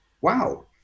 wow